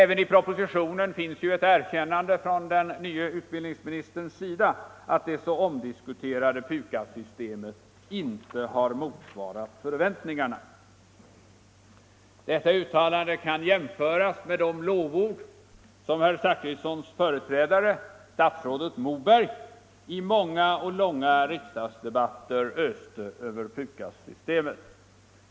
Även i propositionen finns ju ett erkännande av den nye utbildningsministern, att det så omdiskuterade PUKAS-systemet ”inte motsvarat förväntningarna”. Detta uttalande kan jämföras med de lovord som herr Zachrissons företrädare statsrådet Moberg i många och långa riksdagsdebatter öste över PUKAS-systemet.